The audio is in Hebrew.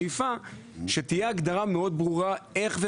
השאיפה שתהיה הגדרה מאוד ברורה לאיך,